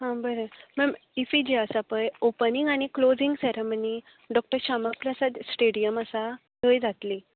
हा बरें ma'am IFFI जी आसा पळय ओपनिंग आनी closing ceremony Dr Shyama Prasad stadium आसा थंय जातली